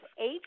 eight